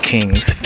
Kings